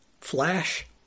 Flash